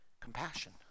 Compassion